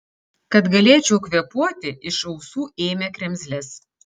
kad galėčiau kvėpuoti iš ausų ėmė kremzles